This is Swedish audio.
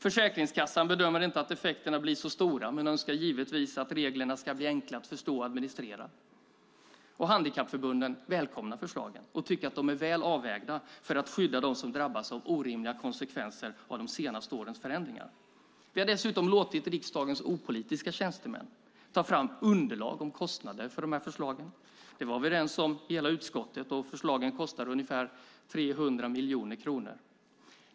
Försäkringskassan bedömer inte att effekterna blir så stora men önskar givetvis att reglerna ska bli enkla att förstå och administrera. Handikappförbunden välkomnar förslagen och tycker att de är väl avvägda för att skydda dem som drabbats av orimliga konsekvenser av de senaste årens förändringar. Vi har dessutom låtit riksdagens opolitiska tjänstemän ta fram underlag om kostnader för förslagen. Det var vi överens om i hela utskottet. Förslagen kostar ungefär 300 miljoner kronor.